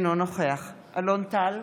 אינו נוכח אלון טל,